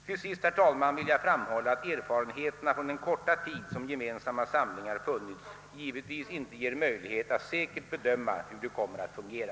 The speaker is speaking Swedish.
Till sist, herr talman, vill jag framhålla att erfarenheterna från den korta tid, som gemensamma samlingar funnits, givetvis inte ger möjlighet att säkert bedöma hur de kommer att fungera.